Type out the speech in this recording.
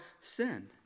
sin